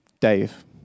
Dave